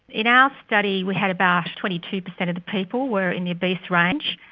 in our study we had about twenty two percent of the people were in the obese range.